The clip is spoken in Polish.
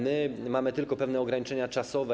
My mamy tylko pewne ograniczenia czasowe.